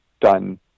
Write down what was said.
done